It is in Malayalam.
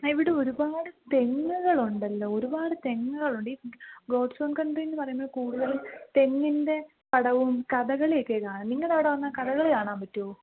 ആ ഇവിടെ ഒരുപാട് തെങ്ങുകളുണ്ടല്ലോ ഒരുപാട് തെങ്ങുകളുണ്ട് ഈ ഗോഡ്സ് ഓൺ കൺട്രി എന്ന് പറയുന്നത് കൂടുതലും തെങ്ങിൻ്റെ പടവും കഥകളിയൊക്കെ കാണുന്നത് നിങ്ങളുടെ അവിടെ വന്നാൽ കഥകളി കാണാൻ പറ്റുമോ